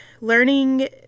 learning